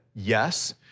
Yes